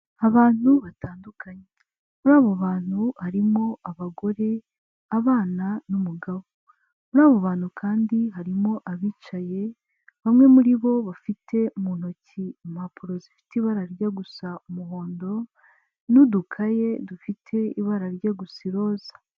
Abantu batandukanye muri abo bantu harimo abagore abana n'umugabo muri abo bantu kandi harimo abicaye bamwe muri bo bafite mu ntoki impapuro zifite ibara ryo gusa umuhondo, n'udukaye dufite ibara rijya gusa n'iroza.